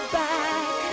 back